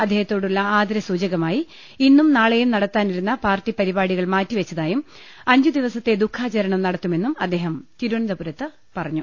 അദ്ദേഹത്തോടുള്ള ആദരസൂചകമായി ഇന്നും നാളെയും നടത്താനിരുന്ന പാർട്ടി പരിപാടികൾ മാറ്റിവെച്ചതായും അഞ്ചുദിവസത്തെ ദുഖാചരണം നടത്തുമെന്നും അദ്ദേഹം തിരുവനന്ത പുരത്ത് പറഞ്ഞു